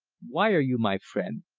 why are you my friend?